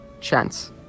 chance